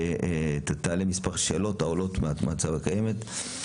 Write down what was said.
תעלה מספר שאלות שעולות מהמצב הקיים.